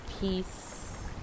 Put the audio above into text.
peace